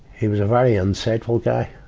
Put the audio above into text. he was a very insightful guy.